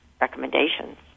recommendations